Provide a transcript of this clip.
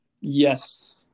Yes